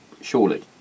surely